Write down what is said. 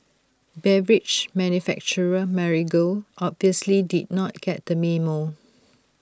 beverage manufacturer Marigold obviously did not get the memo